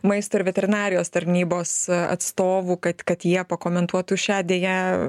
maisto ir veterinarijos tarnybos atstovų kad kad jie pakomentuotų šią deja